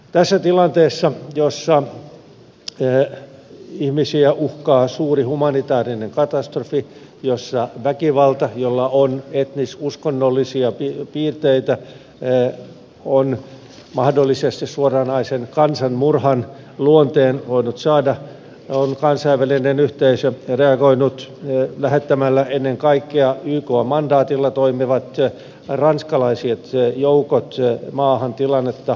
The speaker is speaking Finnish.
tässä tilanteessa jossa ihmisiä uhkaa suuri humanitäärinen katastrofi jossa väkivalta jolla on etnis uskonnollisia piirteitä on mahdollisesti suoranaisen kansanmurhan luonteen voinut saada on kansainvälinen yhteisö reagoinut lähettämällä ennen kaikkea ykn mandaatilla toimivat ranskalaiset joukot maahan tilannetta vakiinnuttamaan